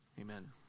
Amen